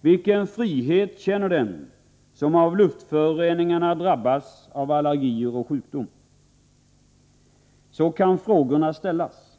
Vilken frihet känner den som av luftföroreningarna drabbas av allergier och sjukdom? Så kan frågorna ställas.